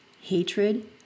hatred